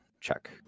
check